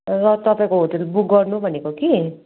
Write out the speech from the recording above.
तपाईँको hotel book गर्नु भनेको कि